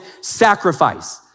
sacrifice